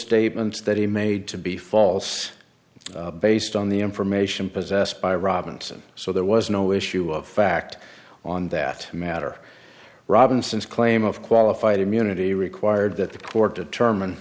statements that he made to be false based on the information possessed by robinson so there was no issue of fact on that matter robinson's claim of qualified immunity required that the court determine